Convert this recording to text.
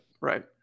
right